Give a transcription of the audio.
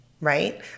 Right